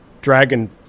dragon